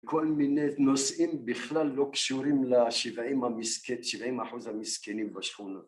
כל מיני נושאים בכלל לא קשורים ל70, 70% המסכנים בשכונה